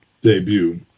debut